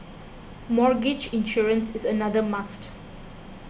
mortgage insurance is another must